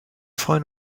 freuen